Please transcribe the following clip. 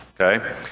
okay